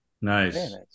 nice